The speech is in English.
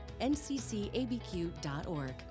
nccabq.org